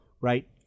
right